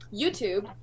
YouTube